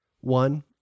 One